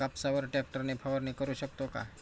कापसावर ट्रॅक्टर ने फवारणी करु शकतो का?